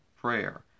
prayer